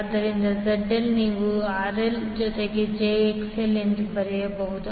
ಆದ್ದರಿಂದ ZL ನೀವು RL ಜೊತೆಗೆ jXL ಎಂದು ಬರೆಯಬಹುದು